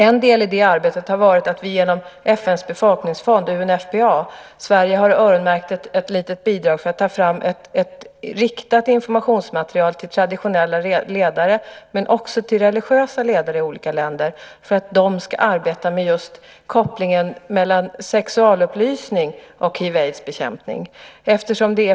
En del i det arbetet har varit att Sverige genom FN:s befolkningsfond, UNFPA, har öronmärkt ett litet bidrag för att ta fram ett riktat informationsmaterial till traditionella ledare men också till religiösa ledare i olika länder för att de ska arbeta med just kopplingen mellan sexualupplysning och hiv/aids-bekämpning.